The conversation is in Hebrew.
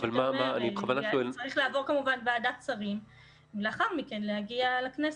זה צריך כמובן לעבור ועדת שרים ולאחר מכן להגיע לכנסת.